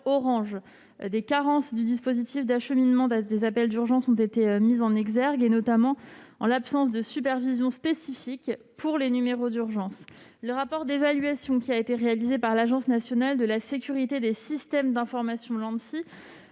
Orange, des carences du dispositif d'acheminement des appels d'urgence ont été mises en exergue, notamment l'absence de supervision spécifique pour les numéros d'urgence. Le rapport d'évaluation réalisé par l'Agence nationale de la sécurité des systèmes d'information (Anssi)